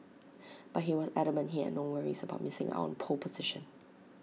but he was adamant he had no worries about missing out on pole position